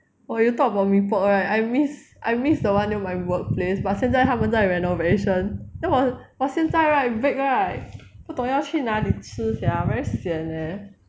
!wah! you talk about mee-pok right I miss I miss the one near my workplace but 现在他们在 renovation then 我我现在 right break right 不懂要去哪里吃 sia very sian leh